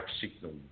signal